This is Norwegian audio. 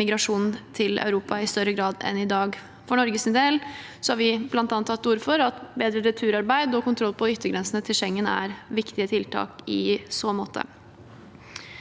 migrasjonen til Europa i større grad enn i dag. For Norges del har vi bl.a. tatt til orde for at bedre returarbeid og kontroll på yttergrensene til Schengen er viktige tiltak i så måte.